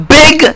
big